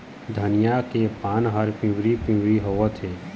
धनिया के पान हर पिवरी पीवरी होवथे?